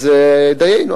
אז דיינו.